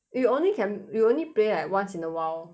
you only can you only play like once in a while